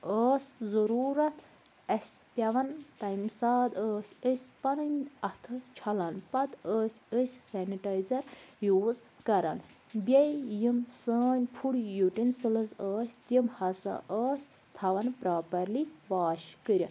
ٲس ضروٗرت اسہِ پیٚوان تَمہِ ساتہٕ ٲس أسۍ پنٕنۍ اَتھہٕ چھَلان پتہٕ ٲسۍ أسۍ سیٚنِٹایزر یوٗز کَران بیٚیہِ یِم سٲنۍ فوڈ یُٹیٚنسٕلٕز ٲسۍ تِم ہَسا ٲس تھاوان پرٛاپرلی واش کٔرِتھ